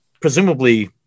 presumably